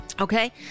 Okay